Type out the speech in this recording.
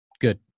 Good